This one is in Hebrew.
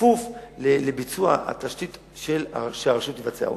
כפוף לביצוע התשתית שהרשות תבצע.